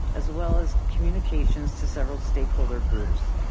as well as communications to several stakeholder groups.